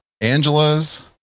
Angela's